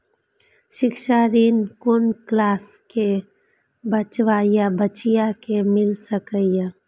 शिक्षा ऋण कुन क्लास कै बचवा या बचिया कै मिल सके यै?